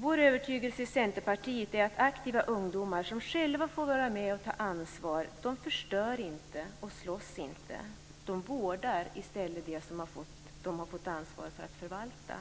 Vår övertygelse i Centerpartiet är att aktiva ungdomar som själva får vara med och ta ansvar förstör inte och slåss inte. De vårdar i stället det som de har fått ansvaret att förvalta.